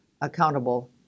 accountable